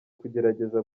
kugerageza